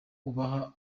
ubaha